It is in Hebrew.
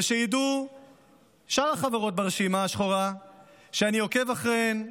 ושידעו שאר החברות ברשימה השחורה שאני עוקב אחריהן,